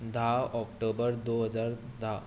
धा ऑक्टोबर दोन हजार धा